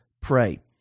Pray